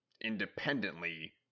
independently